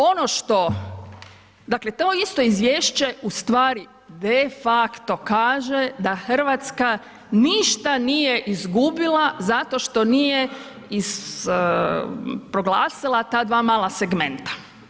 Ono što, dakle to isto izvješće u stvari de facto kaže da Hrvatska ništa nije izgubila zato što nije iz, proglasila ta dva mala segmenta.